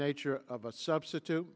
nature of a substitute